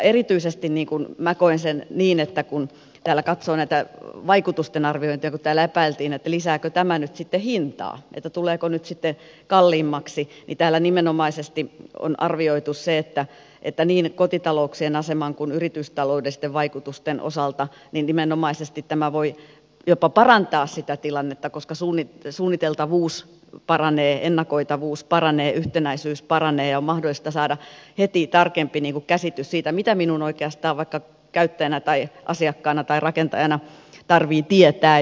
erityisesti minä koen sen niin kun täällä katsoo tätä vaikutusten arviointia kun täällä epäiltiin että lisääkö tämä nyt sitten hintaa tuleeko nyt sitten kalliimmaksi että täällä nimenomaisesti on arvioitu se että niin kotitalouksien aseman kuin yritystaloudellisten vaikutusten osalta tämä voi jopa parantaa sitä tilannetta koska suunniteltavuus paranee ennakoitavuus paranee yhtenäisyys paranee ja on mahdollista saada heti tarkempi käsitys siitä mitä minun käyttäjänä tai asiakkaana tai rakentajana oikeastaan tarvitsee tietää